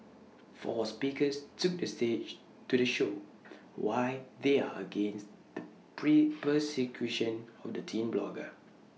four speakers took to the stage to the show why they are against the pray persecution of the teen blogger